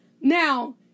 now